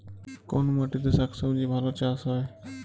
কোন মাটিতে শাকসবজী ভালো চাষ হয়?